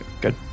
Good